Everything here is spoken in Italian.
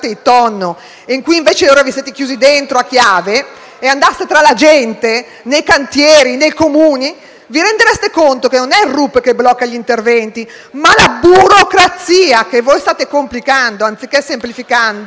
in cui invece ora vi siete chiusi dentro a chiave, e andaste tra la gente, nei cantieri e nei Comuni, vi rendereste conto che non è il RUP che blocca gli interventi, ma la burocrazia che voi state complicando, anziché semplificando,